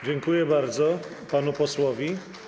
Dziękuję bardzo panu posłowi.